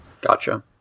Gotcha